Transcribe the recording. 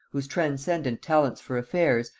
whose transcendent talents for affairs,